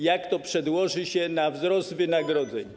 Jak to przełoży się na wzrost wynagrodzeń?